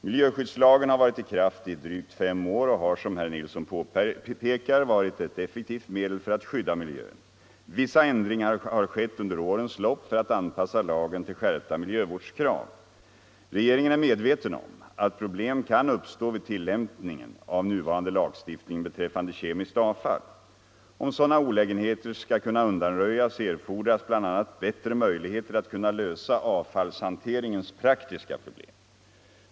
Miljöskyddslagen har varit i kraft i drygt fem år och har som herr Nilsson påpekar varit ett effektivt medel för att skydda miljön. Vissa ändringar har skett under årens lopp för att anpassa lagen till skärpta miljövårdskrav. Regeringen är medveten om att problem kan uppstå vid tillämpningen av nuvarande lagstiftning beträffande kemiskt avfall. Om sådana olägenheter skall kunna undanröjas erfordras bl.a. bättre möjligheter att lösa avfallshanteringens praktiska problem.